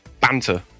Banter